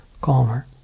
calmer